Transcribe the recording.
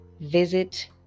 visit